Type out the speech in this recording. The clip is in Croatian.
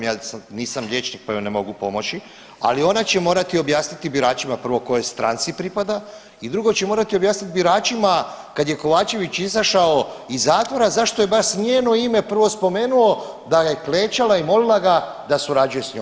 Ja nisam liječnik pa joj ne mogu pomoći, ali ona će morati objasniti biračima prvo kojoj stranci pripada i drugo će morati objasniti biračima kad je Kovačević izašao iz zatvora zašto je baš njeno ime prvo spomenuo da je klečala i molila ga da surađuje s njom.